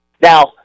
Now